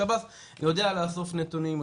שב"ס יודע לאסוף נתונים,